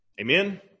Amen